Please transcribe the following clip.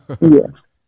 yes